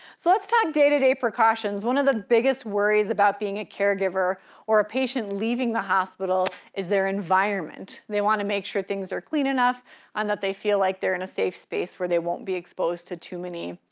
so let's talk day to day precautions. one of the biggest worries about being a caregiver or a patient leaving the hospital is their environment. they wanna make sure things are clean enough and that they feel like they're in a safe space where they won't be exposed to too many,